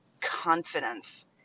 confidence